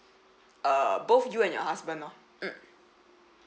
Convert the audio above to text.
uh both you and your husband lor mm